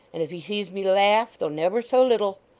and if he sees me laugh, though never so little,